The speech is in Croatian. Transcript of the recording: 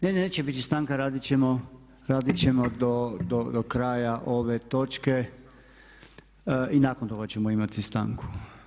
Ne, neće biti stanka, radit ćemo do kraja ove točke i nakon toga ćemo imati stanku.